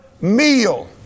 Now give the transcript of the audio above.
meal